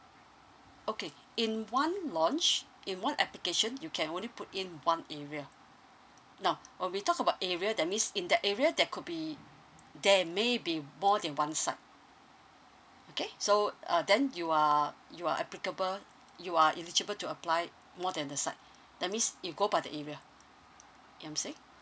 okay in one launch in one application you can only put in one area now when we talk about area that means in that area there could be there may be more than one site okay so uh then you are you are applicable you are eligible to apply more than the site that means it go by the area ya I'm saying